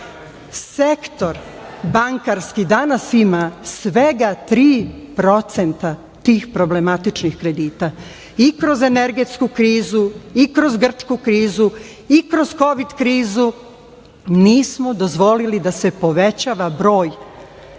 juče. Sektor bankarski danas ima svega 3% tih problematičnih kredita, i kroz energetsku krizu i kroz grčku krizu i kroz kovid krizu, nismo dozvolili da se povećava broj tih